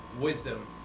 Wisdom